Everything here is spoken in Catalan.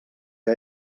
que